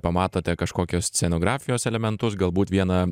pamatote kažkokios scenografijos elementus galbūt vieną